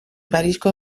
parisko